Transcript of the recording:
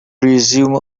resume